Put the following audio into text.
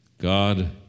God